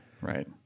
right